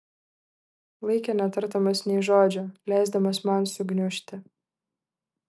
laikė netardamas nė žodžio leisdamas man sugniužti